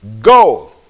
Go